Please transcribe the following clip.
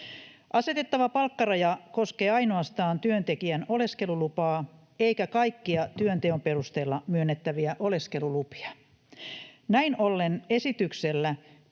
Asetettava palkkaraja koskee ainoastaan työntekijän oleskelulupaa eikä kaikkia työnteon perusteella myönnettäviä oleskelulupia. Näin ollen esityksellä